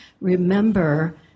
remember